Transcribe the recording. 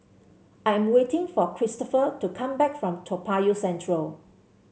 I am waiting for Cristopher to come back from Toa Payoh Central